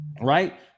right